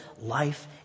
life